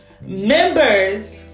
Members